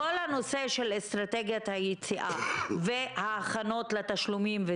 בכל הנושא של אסטרטגיית היציאה וההכנות לתשלומים,